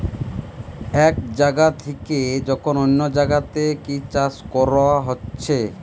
এক জাগা থিকে যখন অন্য জাগাতে কি চাষ কোরা হচ্ছে